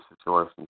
situation